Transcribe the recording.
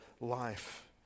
life